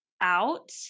out